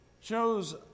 Shows